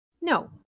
No